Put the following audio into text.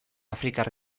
afrikar